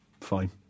Fine